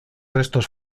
restos